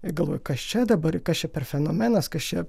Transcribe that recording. galvoju kas čia dabar kas čia per fenomenas kas čia